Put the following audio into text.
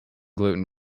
gluten